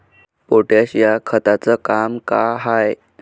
Potash या खताचं काम का हाय?